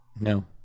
No